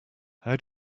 how